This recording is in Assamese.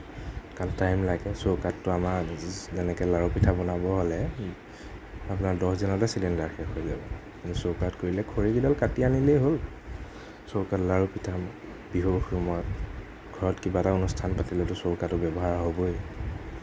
খালী টাইম লাগে চৌকাততো আমাৰ যেনেকে লাড়ু পিঠা বনাব হ'লে আপোনাৰ দহ দিনতে চিলিণ্ডাৰ শেষ হৈ যাব কিন্তু চৌকাত কৰিলে খৰি কেইডাল কাটি আনিলেই হ'ল চৌকাত লাড়ু পিঠা বিহুৰ সময়ত ঘৰত কিবা এটা অনুষ্ঠান পাতিলেতো চৌকাটো ব্যৱহাৰ হ'বই